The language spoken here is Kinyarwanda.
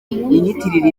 winyitirira